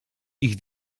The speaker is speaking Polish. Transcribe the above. ich